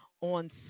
on